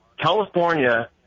California